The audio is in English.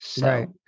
Right